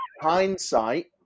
hindsight